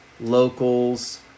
Locals